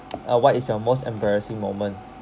uh what is your most embarrassing moment